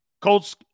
Colts